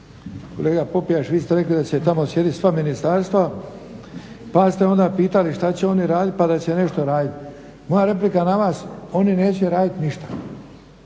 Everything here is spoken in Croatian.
Kolega Popijač, vi ste rekli da ste tamo … sva ministarstva pa ste onda pitali šta će oni radit pa da će nešto radit. Moja replika na vas, oni neće radit ništa.